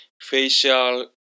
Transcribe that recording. facial